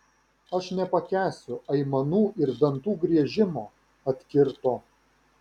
aš nepakęsiu aimanų ir dantų griežimo atkirto